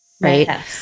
right